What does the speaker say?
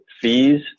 fees